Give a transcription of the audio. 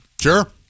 Sure